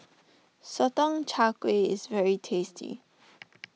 Sotong Char Kway is very tasty